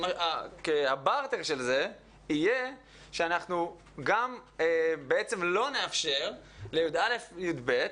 ה-barter של זה יהיה שגם בעצם לא נאפשר לי"א-י"ב,